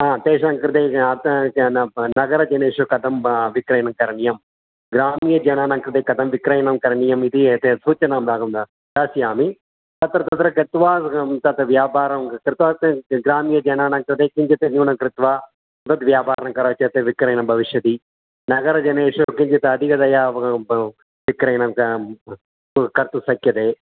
हा तेषां कृते नगरजनेषु कथं विक्रयणं करणीयं ग्राम्यजनानां कृते कथं विक्रयणं करणीयमिति एते सूचनाम् अहं दास्यामि तत्र तत्र गत्वा तद् व्यापारं कृत्वा ग्राम्यजनानां कृते किञ्चित् न्यूनं कृत्वा तद् व्यापारं करोति चेत् विक्रयणं भविष्यति नगरजनेषु किञ्चित् अधिकतया विक्रयणं कर्तुं शक्यते